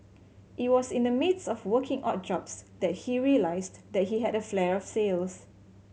it was in the midst of working odd jobs that he realised that he had a flair sales